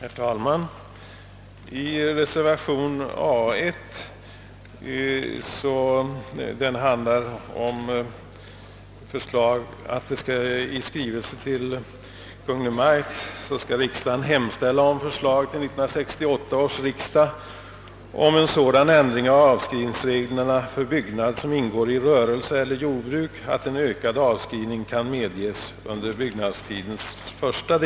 Herr talman! I reservationen A 1 framhålles att riksdagen i skrivelse till Kungl. Maj:t bör hemställa om förslag till 1968 års riksdag om en sådan ändring av avskrivningsreglerna för byggnad, som ingår i rörelse eller jordbruk, att en ökad avskrivning kan medges under byggnadens första tid.